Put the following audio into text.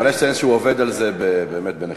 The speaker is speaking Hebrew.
בוא נסיים שהוא עובד על זה באמת בנחישות.